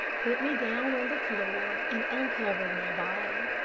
put me down on the floor and uncovered my body.